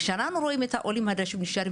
כשאנחנו רואים את העולים החדשים נשארים